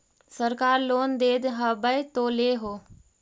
सरकार लोन दे हबै तो ले हो?